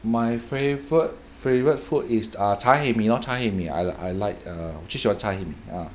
my favourite favourite food is ah cha hei mee lor cha hei mee I I like err cha hei mee